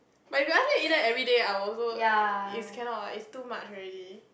but biryani eaten everyday I will also it's cannot ah it's too much already